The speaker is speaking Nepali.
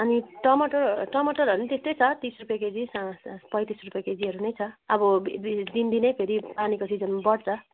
अनि टमाटर टमाटरहरू पनि त्यस्तै छ तिस रुपियाँ केजीसम्म स पैँतिस रुपियाँ केजीहरू नै छ अब दिनदिनै फेरि पानीको सिजनमा बढ्छ